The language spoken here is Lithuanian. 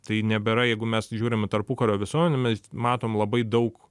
tai nebėra jeigu mes žiūrim į tarpukario visuomenę mes matom labai daug